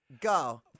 Go